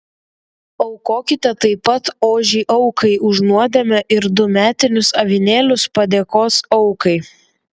aukokite taip pat ožį aukai už nuodėmę ir du metinius avinėlius padėkos aukai